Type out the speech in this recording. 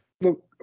Look